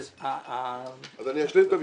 אז אני אשלים את המשפט: